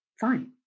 fine